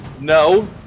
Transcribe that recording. No